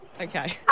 Okay